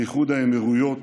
עם איחוד האמירויות,